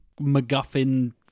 MacGuffin